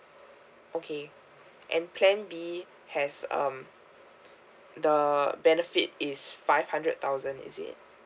okay and plan B has um the benefit is five hundred thousand is it